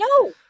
No